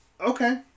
Okay